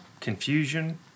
confusion